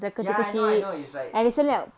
ya I know I know it's like